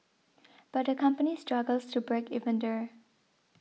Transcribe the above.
but the company struggles to break even there